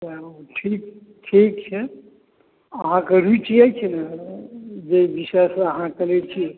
ठीक छै अहाँके रुचि अछि ने जे विषयसँ अहाँ करै छी